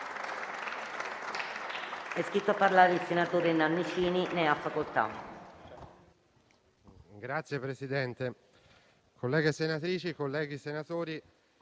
Signor Presidente, colleghe senatrici, colleghi senatori,